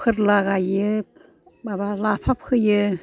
फोरला गायो माबा लाफा फोयो